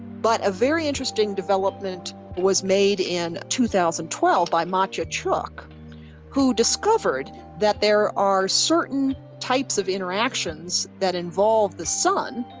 but a very interesting development was made in two thousand and twelve by matija cuk who discovered that there are certain types of interactions that involve the sun